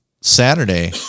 Saturday